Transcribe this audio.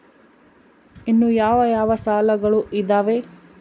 ಇನ್ನು ಯಾವ ಯಾವ ಸಾಲಗಳು ಇದಾವೆ?